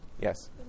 yes